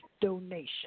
donation